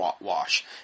wash